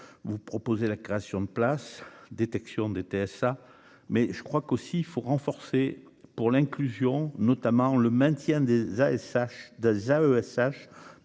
vous proposer la création de places, détection des TSA, mais je crois qu'aussi faut renforcer pour l'inclusion notamment le maintien des ASH